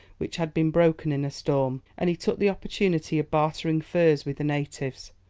which had been broken in a storm and he took the opportunity of bartering furs with the natives.